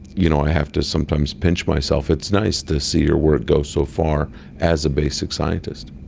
you know i have to sometimes pinch myself, it's nice to see your work go so far as a basic scientist.